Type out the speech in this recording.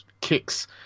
kicks